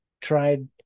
tried